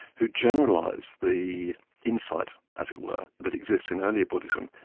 who generalise the insight, as it were, that exists in earlier buddhism,